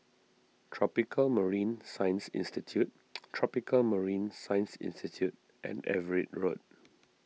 Tropical Marine Science Institute Tropical Marine Science Institute and Everitt Road